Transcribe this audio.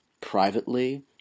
privately